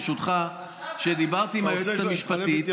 ברשותך: דיברתי עם היועצת המשפטית,